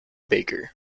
baker